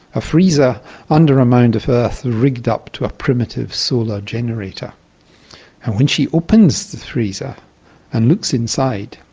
a freezer under a mound of earth rigged up to a primitive solar generator. and when she opens the freezer and looks inside,